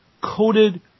coated